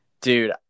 dude